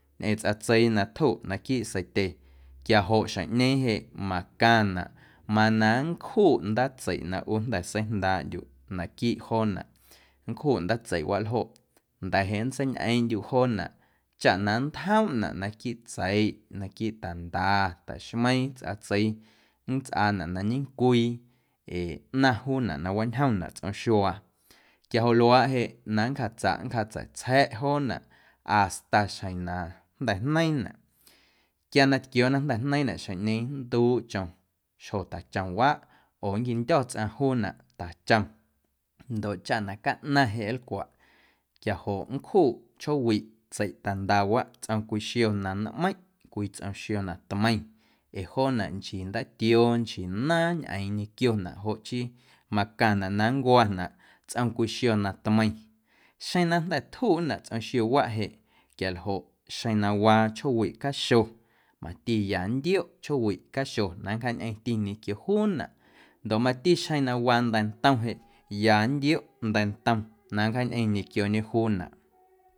Ñꞌeⁿ tsꞌatseii na tjuꞌ naquiiꞌ seitye quiajoꞌ xjeⁿꞌñeeⁿ jeꞌ macaⁿnaꞌ mana nncjuꞌ ndaatseiꞌ na ꞌu jnda̱ seijndaaꞌndyuꞌ naquiiꞌ joonaꞌ nncjuꞌ ndaatseiꞌwaꞌ ljoꞌ nda̱jeꞌ nntseiñꞌeeⁿꞌndyuꞌ joonaꞌ chaꞌ na nntjomnaꞌ naquiiꞌ tseiꞌ naquiiꞌ tanda ta̱xmeiiⁿ tsꞌatseii nntsꞌaanaꞌ na ñecwii ee ꞌnaⁿ juunaꞌ na waañjomnaꞌ tsꞌom xuaa quiajoꞌ luaaꞌ jeꞌ na nncjaatsaꞌ nncjatseitsja̱ꞌ joonaꞌ hasta xjeⁿ na jnda̱ jneiiⁿnaꞌ quia na tquiooꞌ jnda̱ jneiiⁿnaꞌ xjeⁿꞌñeeⁿ nnduuꞌ chom xjotachomwaꞌ oo nnquindyo̱ tsꞌaⁿ juunaꞌ tachom ndoꞌ chaꞌ na caꞌnaⁿ jeꞌ nlcwaꞌ quiajoꞌ nncjuꞌ chjoowiꞌ tseitandawaꞌ tsꞌom cwii xion na nmeiⁿꞌ cwii tsꞌom xio na tmeiⁿ ee joonaꞌ nchii ndaatioo nchii naaⁿ ñꞌeeⁿ ñequionaꞌ joꞌ chii macaⁿnaꞌ na nncwanaꞌ tsꞌom cwii xio na tmeiⁿ xjeⁿ na jnda̱ tjunaꞌ tsꞌom xiowaꞌ jeꞌ quialjoꞌ xeⁿ na waa chjoowiꞌ caxo ꞌu mati ya nntioꞌ chjoowiꞌ caxo na nncjaañꞌeⁿti ñequio juunaꞌ ndoꞌ mato xeⁿ na waa nda̱ntom jeꞌ ya nntioꞌ nda̱ntom na nncjaañꞌeⁿ ñequioñe juunaꞌ.